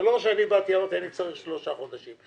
זה לא שאני באתי ואמרתי שאני צריך שלושה חודשים.